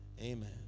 Amen